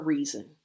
Reason